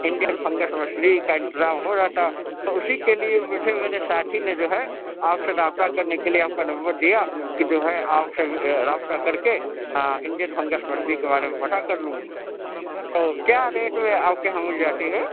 Indian فنگش مچھلی کا انتظام ہو جاتا تو اسی کے لیے مجھے میرے ساتھی نے جو ہے آپ سے رابطہ کرنے کے لیے آپ کا نمبر دیا کہ جو ہے آپ سے رابطہ کر کے انڈین فنگش مچھلی کے بارے میں پتہ کرلوں کیا ریٹ میں آپ کے یہاں مل جاتی ہیں